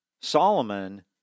Solomon